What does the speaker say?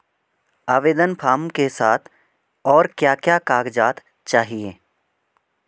आवेदन फार्म के साथ और क्या क्या कागज़ात चाहिए?